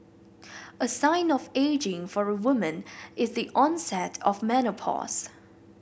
a sign of ageing for a woman is the onset of menopause